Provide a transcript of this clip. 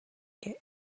que